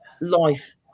life